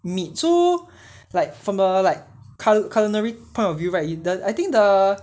meat so like from a like culinary point of view right the I think the